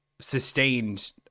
sustained